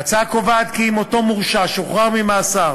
ההצעה קובעת כי אם אותו מורשע שוחרר ממאסר